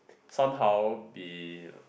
somehow be